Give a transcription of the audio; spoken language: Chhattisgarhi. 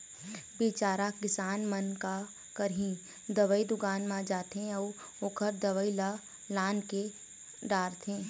बिचारा किसान मन का करही, दवई दुकान म जाथे अउ ओखर दवई ल लानके डारथे